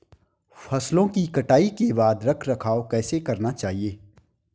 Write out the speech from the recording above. फसलों की कटाई के बाद रख रखाव कैसे करना चाहिये?